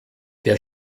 der